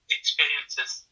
experiences